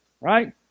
right